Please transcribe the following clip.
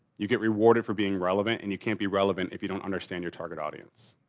you get rewarded for being relevant and you can't be relevant if you don't understand your target audience.